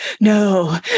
No